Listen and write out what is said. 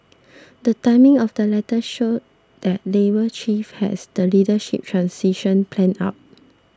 the timing of the letters showed that Labour Chief has the leadership transition planned out